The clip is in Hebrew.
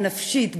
הנפשית,